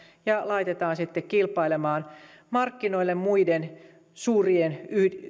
ja laitetaan sitten kilpailemaan markkinoille muiden suurien